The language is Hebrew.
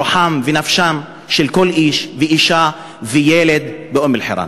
רוחם ונפשם של כל איש ואישה וילד באום-אלחיראן.